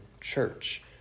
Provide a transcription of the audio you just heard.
church